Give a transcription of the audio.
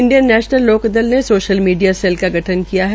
Indian National Lokdal ने social media cell का गठन किया है